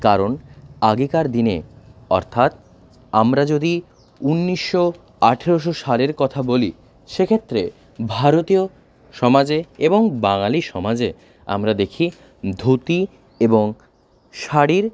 কারণ আগেকার দিনে অর্থাৎ আমরা যদি উনিশশো আঠেরোশো সালের কথা বলি সেক্ষেত্রে ভারতীয় সমাজে এবং বাঙালি সমাজে আমরা দেখি ধুতি এবং শাড়ির